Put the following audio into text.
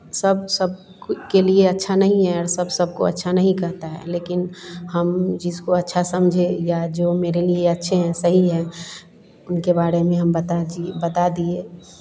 सब सब के लिए अच्छा नहीं है और सब सबको अच्छा नहीं कहता है लेकिन हम जिसको अच्छा समझे या जो मेरे लिए अच्छे हैं सही है उनके बारे में हम बता जी बता दिए